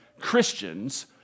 christians